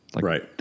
Right